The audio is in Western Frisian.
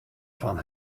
fan